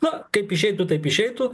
na kaip išeitų taip išeitų